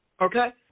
Okay